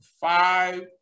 five